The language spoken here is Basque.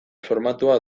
formatua